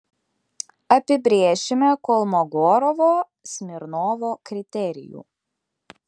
apibrėšime kolmogorovo smirnovo kriterijų